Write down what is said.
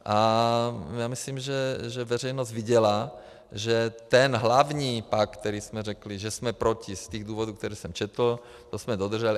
A já myslím, že veřejnost viděla, že ten hlavní pakt, který jsme řekli, že jsme proti z těch důvodů, které jsem četl, to jsme dodrželi.